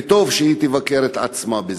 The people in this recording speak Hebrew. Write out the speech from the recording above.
וטוב שהיא תבקר את עצמה בזה.